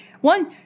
One